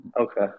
okay